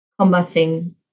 combating